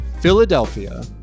Philadelphia